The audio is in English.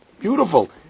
Beautiful